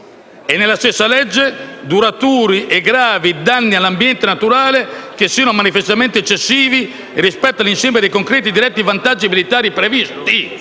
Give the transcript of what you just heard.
danni diffusi, duraturi e gravi all'ambiente naturale che siano manifestamente eccessivi rispetto all'insieme dei concreti e diretti vantaggi militari previsti;